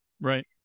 Right